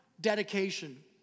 dedication